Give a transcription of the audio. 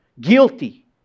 guilty